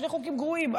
שני חוקים גרועים,